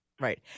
Right